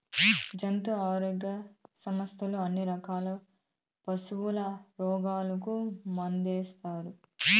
జంతు ఆరోగ్య సంస్థలు అన్ని రకాల పశుల రోగాలకు మందేస్తుండారు